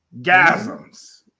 Gasms